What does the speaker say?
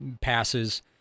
passes